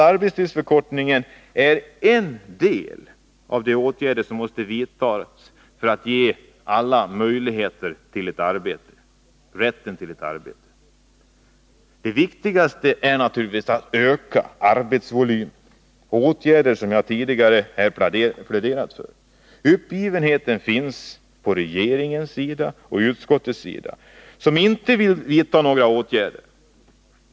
Arbetstidsförkortningen är en av de åtgärder som måste vidtas för att ge alla rätten till ett arbete. Det viktigaste är naturligtvis att öka arbetsvolymen, och åtgärder för att åstadkomma detta har jag tidigare pläderat för. Uppgivenheten finns hos regeringen och utskottet, som inte vill vidta några åtgärder.